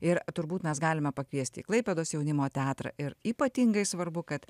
ir turbūt mes galime pakviesti į klaipėdos jaunimo teatrą ir ypatingai svarbu kad